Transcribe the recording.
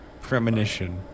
premonition